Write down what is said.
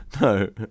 no